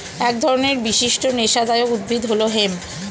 এক ধরনের বিশিষ্ট নেশাদায়ক উদ্ভিদ হল হেম্প